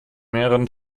mehreren